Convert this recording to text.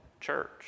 church